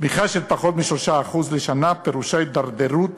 צמיחה של פחות מ-3% לשנה פירושה הידרדרות